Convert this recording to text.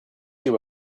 you